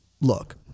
look